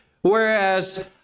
whereas